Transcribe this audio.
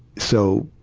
so,